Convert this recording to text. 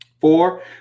four